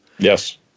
Yes